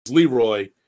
Leroy